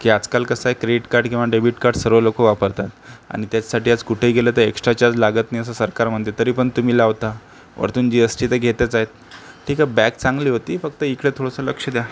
की आजकाल कसं आहे क्रेडिट कार्ड किंवा डेबिट कार्ड सर्व लोकं वापरतात आणि त्यासाठी आज कुठेही गेलं तर एक्स्ट्रा चार्ज लागत नाही असं सरकार म्हणते तरी पण तुम्ही लावता वरतून जी एस टी तर घेतच आहे ठीक आहे बॅग चांगली होती फक्त इकडे थोडंसं लक्ष द्या